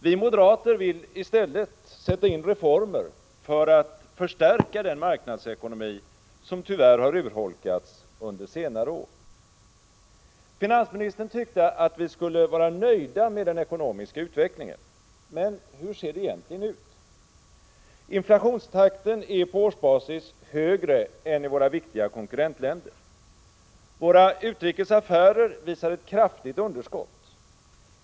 Vi moderater vill i stället sätta in reformer för att förstärka den marknadsekonomi som tyvärr urholkats under senare år. Finansministern tyckte att vi skulle vara nöjda med den ekonomiska utvecklingen. Men hur ser det egentligen ut? Inflationstakten är på årsbasis högre än i våra viktiga konkurrentländer. Våra utrikesaffärer visar ett kraftigt underskott.